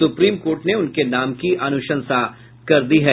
supreme court ने उनके नाम की अनुशंसा कर दी है